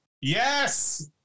Yes